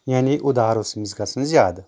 یعنی اُدہار اوس أمِس گژھان زیادٕ